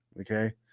okay